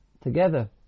together